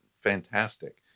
fantastic